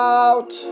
out